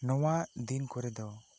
ᱱᱚᱣᱟ ᱫᱤᱱ ᱠᱚᱨᱮ ᱫᱚ